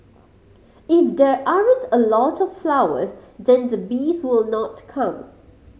if there aren't a lot of flowers then the bees will not come